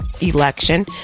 election